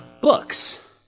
books